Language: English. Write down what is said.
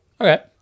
Okay